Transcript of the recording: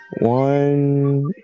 one